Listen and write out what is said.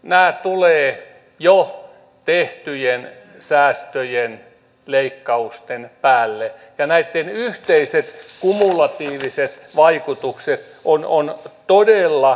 nämä tulevat jo tehtyjen säästöjen leikkausten päälle ja näitten yhteiset kumulatiiviset vaikutukset ovat todella rajuja